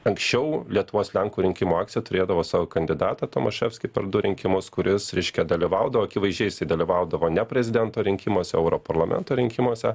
anksčiau lietuvos lenkų rinkimų akcija turėdavo savo kandidatą tomaševskį per du rinkimus kuris reiškia dalyvaudavo akivaizdžiai jisai dalyvaudavo ne prezidento rinkimuose o europarlamento rinkimuose